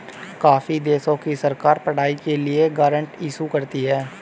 काफी देशों की सरकार पढ़ाई के लिए ग्रांट इशू करती है